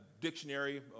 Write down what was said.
dictionary